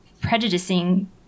prejudicing